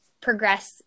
progress